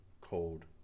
cold